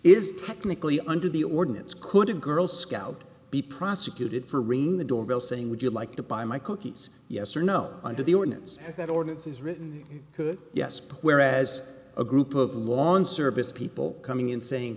is technically under the ordinance could a girl scout be prosecuted for rain the doorbell saying would you like to buy my cookies yes or no under the ordinance has that ordinances written you could yes whereas a group of lawn service people coming in saying